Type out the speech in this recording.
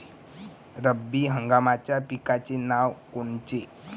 रब्बी हंगामाच्या पिकाचे नावं कोनचे?